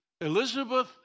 Elizabeth